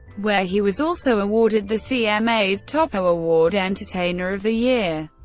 where he was also awarded the cma's top ah award, entertainer of the year.